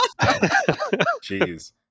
Jeez